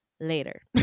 later